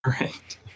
Right